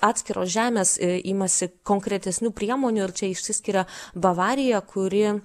atskiros žemės imasi konkretesnių priemonių ir čia išsiskiria bavarija kuri